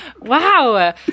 Wow